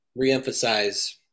reemphasize